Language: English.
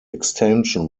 extension